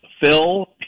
Phil